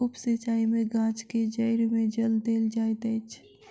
उप सिचाई में गाछ के जइड़ में जल देल जाइत अछि